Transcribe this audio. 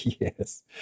Yes